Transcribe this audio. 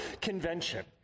convention